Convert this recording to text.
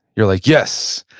you're like, yes,